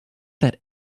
that